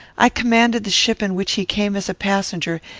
i commanded the ship in which he came as a passenger,